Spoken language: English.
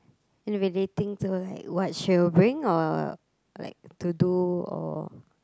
in relating to what she'll bring or like to do or